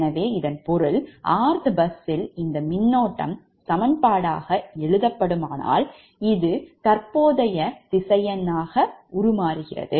எனவே இதன் பொருள் 𝑟𝑡ℎ பஸ்ஸில் இந்த மின்னோட்டத்தை சமன்பாட்டாக எழுதினால் இது தற்போதைய திசையன் ஆகும்